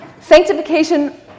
Sanctification